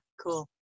cool